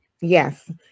Yes